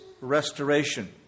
restoration